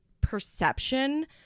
perception